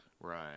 right